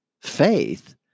faith